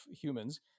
humans